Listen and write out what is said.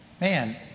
Man